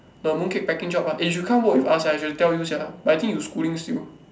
the mooncake packing job ah eh you should come work with us sia we should tell you sia but I think you schooling still